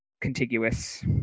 contiguous